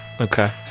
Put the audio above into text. okay